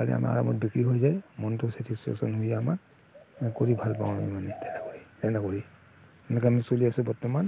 পালে আমাৰ আৰামত বিক্ৰী হৈ যায় মনটো ছেটিস্ফেকশ্যন হৈ যায় আমাৰ কৰি ভাল পাওঁ আৰু আমি মানে তেনে কৰি তেনে কৰি এনেকৈ আমি চলি আছোঁ বৰ্তমান